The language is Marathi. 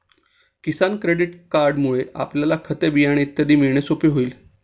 किसान क्रेडिट कार्डमुळे आपल्याला खते, बियाणे इत्यादी मिळणे सोपे होईल